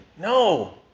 No